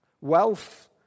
wealth